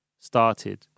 started